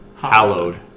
hallowed